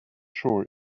sure